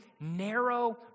narrow